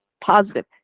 positive